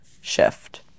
shift